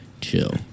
chill